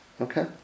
okay